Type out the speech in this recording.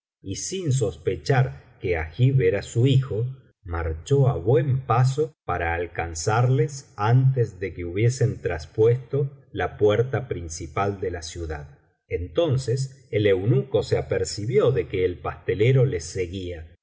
y sin sospechar que agib era su hijo marchó á buen paso para alcanzarles antes de que hubiesen traspuesto la puerta principal de la ciudad entonces el eunuco se apercibió de que el pastelero les seguía y